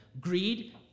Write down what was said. Greed